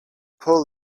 pull